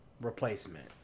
replacement